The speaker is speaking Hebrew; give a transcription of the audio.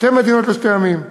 שתי מדינות לשתי עמים.